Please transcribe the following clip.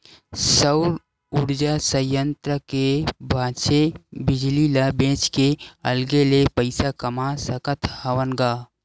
सउर उरजा संयत्र के बाचे बिजली ल बेच के अलगे ले पइसा कमा सकत हवन ग